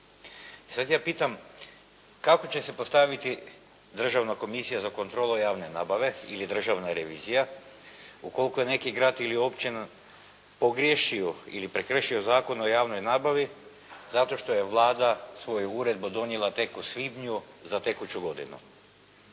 da ja pitam, kako će se postaviti Državna komisija za kontrolu javne nabave ili državna revizija ukoliko je neki grad ili općina pogriješio ili prekršio Zakon o javnoj nabavi zato što je Vlada svoju uredbu donijela tek u svibnju za tekuću godinu.